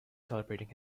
celebrating